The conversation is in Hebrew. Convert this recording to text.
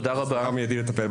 זהו דבר שצריך לטפל בו באופן מידי.